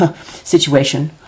situation